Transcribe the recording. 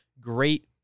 great